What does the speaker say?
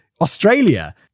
Australia